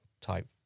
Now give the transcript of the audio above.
type